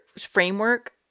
framework